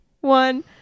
one